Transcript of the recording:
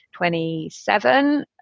27